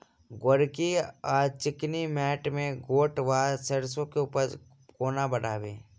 गोरकी वा चिकनी मैंट मे गोट वा सैरसो केँ उपज कोना बढ़ाबी?